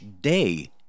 day